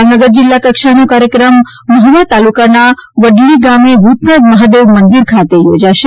ભાવનગર જિલ્લા કક્ષાનો કાર્યક્રમ મહુવા તાલુકાના વડલી ગામે ભૂતનાથ મહાદેવ મંદિર ખાતે યોજાશે